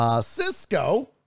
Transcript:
Cisco